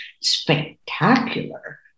spectacular